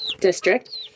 district